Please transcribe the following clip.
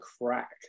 crack